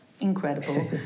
incredible